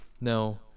No